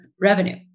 revenue